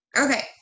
Okay